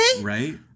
Right